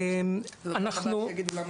אני רוצה לראות את הבא שיגיד למה